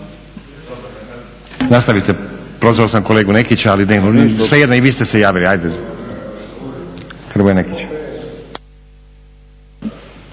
nastavite. Prozvao sam kolegu Nekića, ali svejedno i vi ste se javili. Hajde, Hrvoje Nekić.